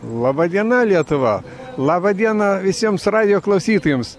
laba diena lietuva laba diena visiems radijo klausytojams